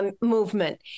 movement